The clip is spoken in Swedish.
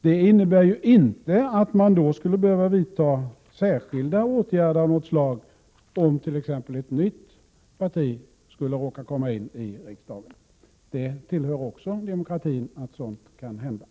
Det innebär inte att man därför skulle behöva vidta särskilda åtgärder av något slag om t.ex. ett nytt parti skulle råka kom in i riksdagen. Att sådant kan hända tillhör också demokratin.